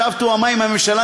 שאף תואמה עם הממשלה,